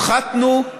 הפחתנו,